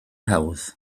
hawdd